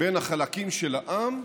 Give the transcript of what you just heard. בין החלקים של העם,